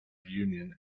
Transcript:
reunion